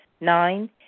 Nine